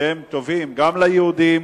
שהם טובים גם ליהודים,